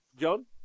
John